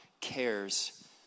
cares